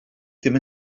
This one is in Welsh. ddim